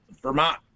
Vermont